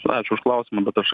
ačiū už klausimą bet aš